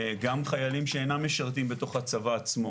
וגם חיילים שאינם משרתים בתוך הצבא עצמו